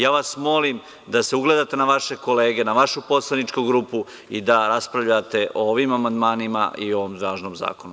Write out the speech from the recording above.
Ja vas molim da se ugledate na vaše kolege, na vašu poslaničku grupu i da raspravljate o ovim amandmanima i o ovom važnom zakonu.